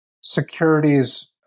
securities